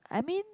I mean